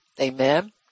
Amen